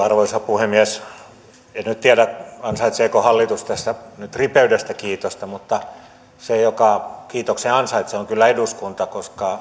arvoisa puhemies en nyt tiedä ansaitseeko hallitus tässä ripeydestä kiitosta mutta se joka kiitoksen ansaitsee on kyllä eduskunta koska